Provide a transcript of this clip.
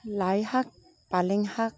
লাই শাক পালেং শাক